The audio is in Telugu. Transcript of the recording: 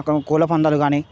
అక్కడ కోళ్ళపందాలు కాని